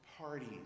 parties